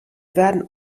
werden